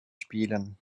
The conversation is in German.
spielen